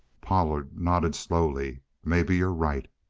pollard nodded slowly. maybe you're right.